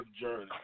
journey